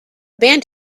band